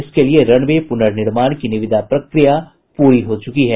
इसके लिये रनवे पुनर्निर्माण की निविदा प्रक्रिया पूरी हो चुकी है